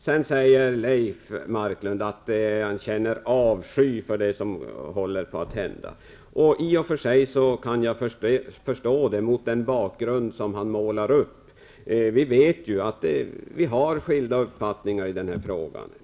Sedan säger Leif Marklund att han känner avsky för det som håller på att hända. I och för sig kan jag förstå det mot den bakgrund som han målar upp. Vi har ju skilda uppfattningar i den här frågan.